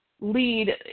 lead